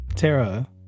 Tara